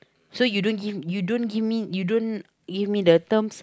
so you don't give you don't give me you don't give me the terms